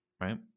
Right